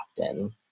often